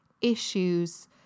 issues